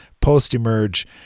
post-emerge